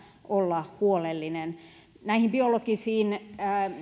olla huolellinen näihin biologisiin